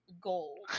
goal